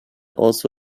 also